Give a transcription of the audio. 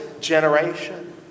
generation